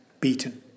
beaten